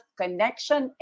connection